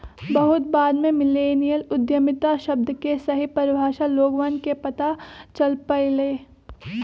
बहुत बाद में मिल्लेनियल उद्यमिता शब्द के सही परिभाषा लोगवन के पता चल पईलय